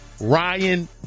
Ryan